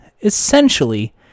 essentially